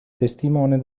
testimone